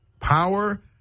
Power